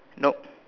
nope